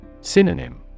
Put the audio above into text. Synonym